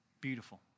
beautiful